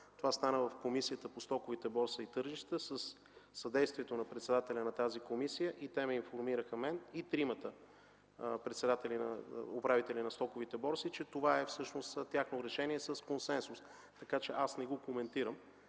това стана в Комисията по стоковите борси и тържищата със съдействието на председателя на тази комисия и те информираха мен и тримата председатели на стоковите борси, че това е всъщност тяхно решение с консенсус. Така че аз не го коментирам,